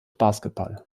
basketball